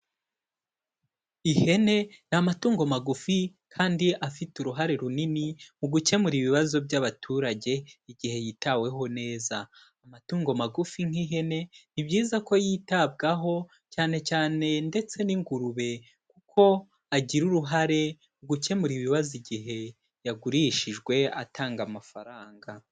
Ihene ni amatungo magufi kandi afite uruhare runini mu gukemura ibibazo by'abaturage igihe yitaweho neza, amatungo magufi nk'ihene ni byiza ko yitabwaho cyane cyane ndetse n'ingurube kuko agira uruhare mu gukemura ibibazo igihe yagurishijwe atanga amafaranga.